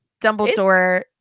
Dumbledore